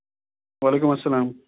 وعلیکُم السلام